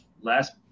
last